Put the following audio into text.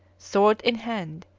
sword in hand,